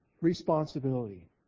responsibility